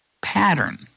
pattern